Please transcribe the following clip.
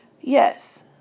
Yes